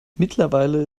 mittlerweile